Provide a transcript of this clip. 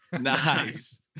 Nice